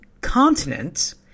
continents